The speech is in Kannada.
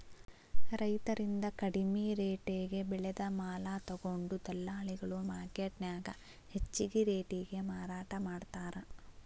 ರೈತರಿಂದ ಕಡಿಮಿ ರೆಟೇಗೆ ಬೆಳೆದ ಮಾಲ ತೊಗೊಂಡು ದಲ್ಲಾಳಿಗಳು ಮಾರ್ಕೆಟ್ನ್ಯಾಗ ಹೆಚ್ಚಿಗಿ ರೇಟಿಗೆ ಮಾರಾಟ ಮಾಡ್ತಾರ